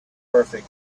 perfect